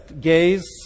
Gays